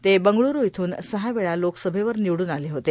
ते बंगळूरू इथून सहा वेळा लोकसभेवर निवडून आले होते